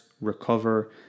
recover